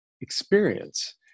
experience